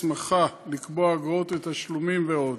הסמכה לקבוע אגרות ותשלומים ועוד.